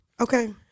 okay